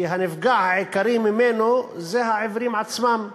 כי הנפגעים העיקריים ממנו אלה העיוורים עצמם.